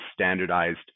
standardized